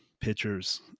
pitchers